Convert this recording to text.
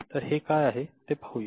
तर हे काय आहे ते पाहूया